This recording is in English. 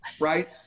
right